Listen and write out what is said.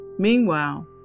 Meanwhile